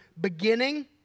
Beginning